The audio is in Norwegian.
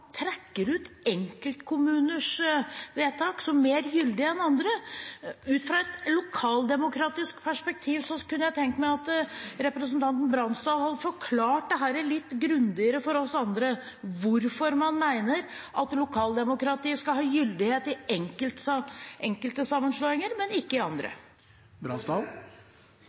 trekker ut enkeltkommuners vedtak som mer gyldige enn andres? Ut fra et lokaldemokratisk perspektiv kunne jeg tenkt meg at representanten Bransdal hadde forklart dette litt grundigere for oss andre, hvorfor man mener at lokaldemokratiet skal ha gyldighet i enkelte sammenslåinger, men ikke i andre.